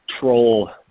troll